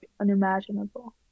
unimaginable